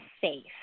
safe